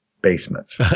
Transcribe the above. basements